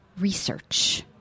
research